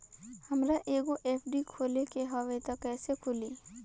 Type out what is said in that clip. हमरा एगो एफ.डी खोले के हवे त कैसे खुली?